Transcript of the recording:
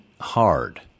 hard